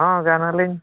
ᱦᱚᱸ ᱜᱟᱱ ᱟᱹᱞᱤᱧ